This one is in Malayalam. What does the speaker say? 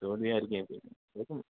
തോൽവി ആയിരിക്കുകയും ചെയ്യും തോക്കുമോ